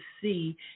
see